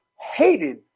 hated